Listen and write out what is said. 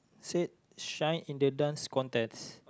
said shine in the Dance Contest